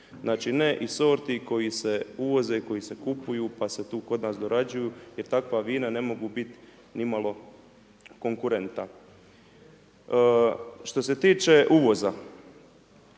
Znači ne iz sorti koji se uvoze, koji se kupuju pa se tu kod nas dorađuju jer takva vina ne mogu bit nimalo konkurenta. Što se tiče uvoza,